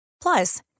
Plus